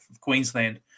Queensland